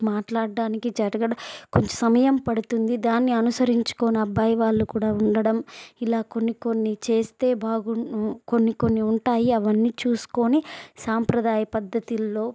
మాట్లాడడానికి జరగడం కొంచెం సమయం పడుతుంది దాన్ని అనుసరించుకొని అబ్బాయి వాళ్ళు కూడా ఉండడం ఇలా కొన్ని కొన్ని చేస్తే బాగుండు కొన్ని కొన్ని ఉంటాయి అవన్నీ చూసుకొని సాంప్రదాయ పద్ధతుల్లో